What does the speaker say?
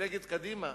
במפלגת קדימה,